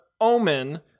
omen